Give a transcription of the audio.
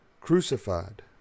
crucified